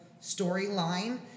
storyline